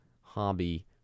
hobby